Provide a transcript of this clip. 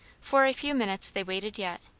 for a few minutes they waited yet,